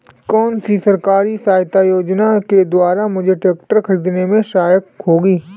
कौनसी सरकारी सहायता योजना के द्वारा मुझे ट्रैक्टर खरीदने में सहायक होगी?